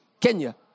Kenya